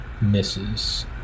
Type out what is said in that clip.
misses